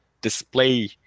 display